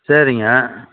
சரிங்க